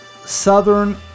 Southern